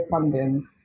funding